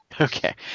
Okay